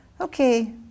Okay